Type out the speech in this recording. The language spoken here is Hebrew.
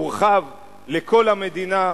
הורחב לכל המדינה,